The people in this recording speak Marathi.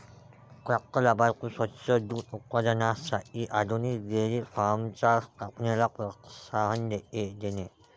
पात्र लाभार्थी स्वच्छ दूध उत्पादनासाठी आधुनिक डेअरी फार्मच्या स्थापनेला प्रोत्साहन देणे